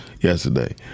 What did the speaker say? Yesterday